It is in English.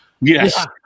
Yes